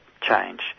change